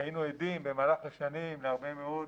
היינו עדים במהלך השנים להרבה מאוד